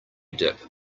dip